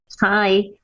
Hi